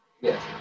Yes